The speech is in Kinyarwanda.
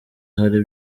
hari